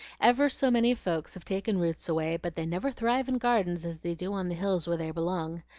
ever so many folks have taken roots away, but they never thrive in gardens as they do on the hills where they belong.